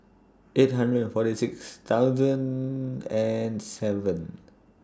eight hundred and forty six thousand and seven